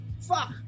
Fuck